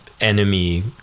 Enemy